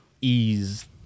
ease